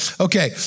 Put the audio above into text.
Okay